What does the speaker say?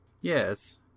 Yes